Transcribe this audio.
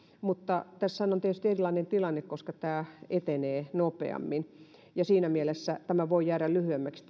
mutta tässähän on tietysti erilainen tilanne koska tämä etenee nopeammin ja siinä mielessä rajoittamisaika voi jäädä lyhyemmäksi